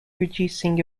reducing